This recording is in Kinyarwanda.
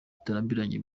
kitarambiranye